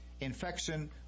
infection